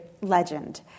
legend